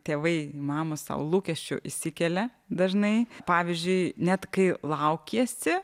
tėvai mamos sau lūkesčių išsikelia dažnai pavyzdžiui net kai laukiesi